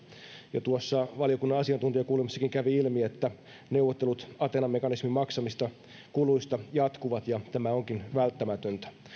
ja tuossa valiokunnan asiantuntijakuulemisessakin kävi ilmi että neuvottelut athena mekanismin maksamista kuluista jatkuvat ja tämä onkin välttämätöntä